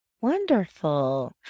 Wonderful